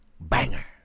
Banger